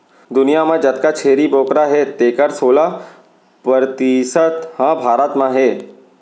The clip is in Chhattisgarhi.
दुनियां म जतका छेरी बोकरा हें तेकर सोला परतिसत ह भारत म हे